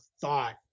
thought